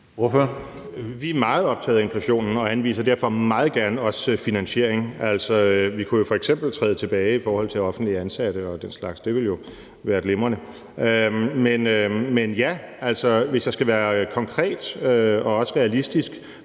Vi er meget optaget af inflationen og anviser derfor meget gerne også finansiering. Vi kunne jo f.eks. træde tilbage i forhold til antallet af offentligt ansatte og den slags. Det ville jo være glimrende. Men ja, hvis jeg skal være konkret og også realistisk